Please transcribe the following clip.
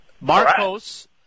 Marcos